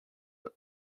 that